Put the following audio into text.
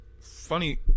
funny